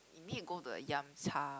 you need to go to a Yum-Cha